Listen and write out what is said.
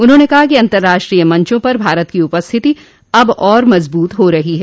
उन्होंने कहा कि अंतर्राष्ट्रीय मंचों पर भारत की उपस्थिति अब और मजबूत हो रही है